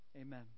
Amen